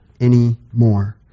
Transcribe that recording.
anymore